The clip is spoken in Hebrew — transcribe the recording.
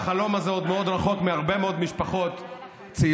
החלום הזה עוד מאוד רחוק מהרבה מאוד משפחות צעירות,